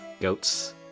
goats